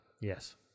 Yes